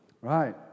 Right